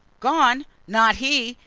gone? not he!